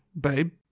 Babe